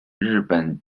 日本